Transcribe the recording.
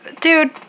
dude